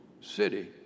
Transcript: city